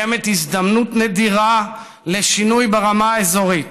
יש הזדמנות נדירה לשינוי ברמה האזורית,